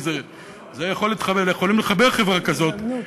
כי יכולים לחבר חברה כזאת,